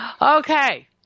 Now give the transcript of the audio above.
Okay